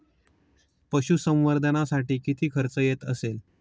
पशुसंवर्धनासाठी किती खर्च येत असेल?